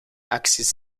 axis